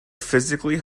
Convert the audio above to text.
physically